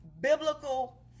biblical